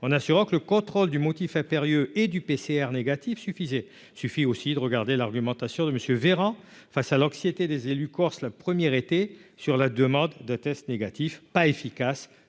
en assurant que le contrôle du motif impérieux et du PCR négatif suffisait suffit aussi de regarder l'argumentation de monsieur Véran face à l'anxiété des élus corses, la première été sur la demande de tests négatifs pas efficace,